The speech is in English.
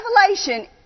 revelation